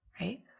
right